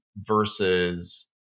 versus